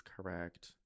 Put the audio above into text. correct